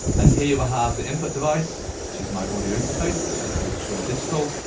and here you will have the input device, which is my audio interface, which is called shure digital,